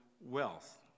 wealth